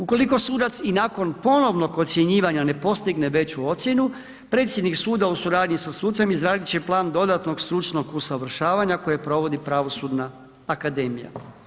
Ukoliko sudac i nakon ponovnog ocjenjivanja ne postigne veću ocjenu, predsjednik suda u suradnji sa sucem izradit će plan dodatnog stručnog usavršavanja koje provodi Pravosudna akademija.